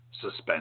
suspense